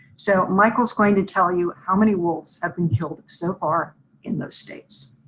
so michael is going to tell you how many wolves have been killed so far in those states.